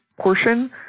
portion